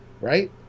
right